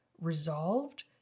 resolved